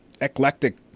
Eclectic